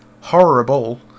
horrible